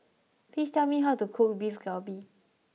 please tell me how to cook Beef Galbi